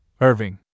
Irving